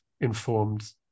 informed